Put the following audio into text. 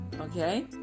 okay